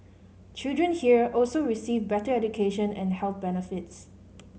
children here also receive better education and health benefits